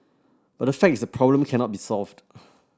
but the fact is problem cannot be solved